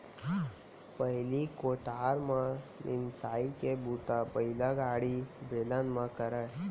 पहिली कोठार म मिंसाई के बूता बइलागाड़ी, बेलन म करयँ